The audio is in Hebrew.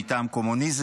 אם מטעם קומוניזם,